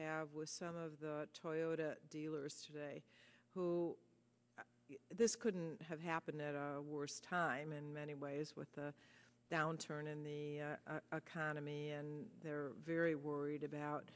have with some of the toyota dealers today who this couldn't have happened at a worse time in many ways with the downturn in the economy and they're very worried about